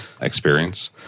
experience